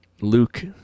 Luke